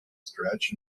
stretch